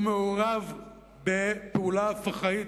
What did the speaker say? מעורבים בפעולה פח"עית,